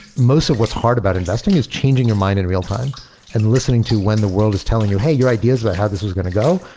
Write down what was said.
most of what's hard about investing is changing your mind in real-time and listening to when the world is telling you, hey! your ideas about how this was going to go,